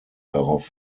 darauf